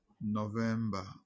November